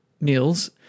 meals